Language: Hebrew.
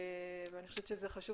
אני חושבת שחשוב